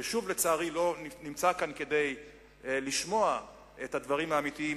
ששוב לצערי לא נמצא כאן כדי לשמוע את הדברים האמיתיים,